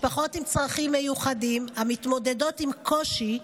משפחות עם צרכים מיוחדים שמתמודדות עם קושי,